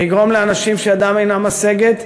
זה יגרום לאנשים שידם אינם משגת,